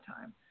time